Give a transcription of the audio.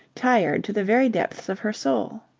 tired to the very depths of her soul.